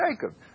Jacob